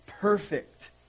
perfect